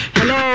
Hello